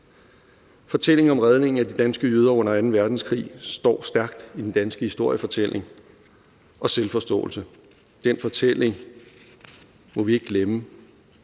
Fortællingen om redningen af de danske jøder under anden verdenskrig står stærkt i den danske historiefortælling og selvforståelse. Den fortælling må vi ikke glemme,